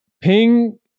ping